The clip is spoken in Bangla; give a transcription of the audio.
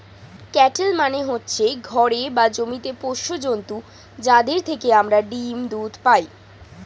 ক্যাটেল মানে হচ্ছে ঘরে বা জমিতে পোষ্য জন্তু যাদের থেকে আমরা ডিম, দুধ পাই